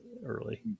early